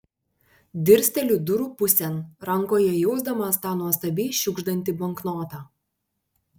dirsteliu durų pusėn rankoje jausdamas tą nuostabiai šiugždantį banknotą